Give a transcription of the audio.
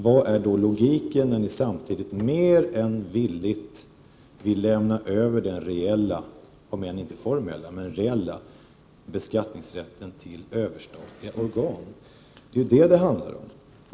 Vad är då logiken när moderaterna samtidigt mer än gärna vill lämna över den reella, om än inte den formella, beskattningsrätten till överstatliga organ? Det är vad det handlar om.